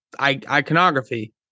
iconography